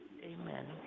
Amen